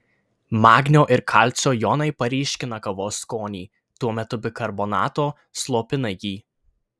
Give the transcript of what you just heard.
magnio ir kalcio jonai paryškina kavos skonį tuo metu bikarbonato slopina jį